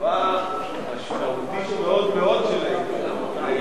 הרחבה משמעותית מאוד מאוד של העניין.